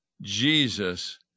Jesus